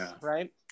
right